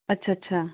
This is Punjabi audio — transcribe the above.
ਅੱਛਾ ਅੱਛਾ